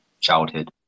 childhood